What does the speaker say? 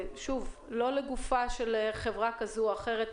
אני לא שואלת לגופה של חברה כזו או אחרת,